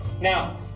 now